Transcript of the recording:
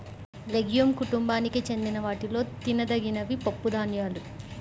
legume కుటుంబానికి చెందిన వాటిలో తినదగినవి పప్పుధాన్యాలు